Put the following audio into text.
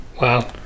Wow